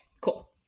cool